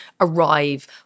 arrive